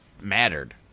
mattered